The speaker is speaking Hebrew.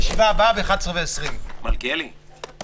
הישיבה ננעלה בשעה 11:10.